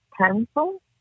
Pencil